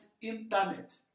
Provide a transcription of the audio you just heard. internet